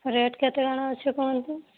rate କେତେ କ'ଣ ଅଛି କୁହନ୍ତୁ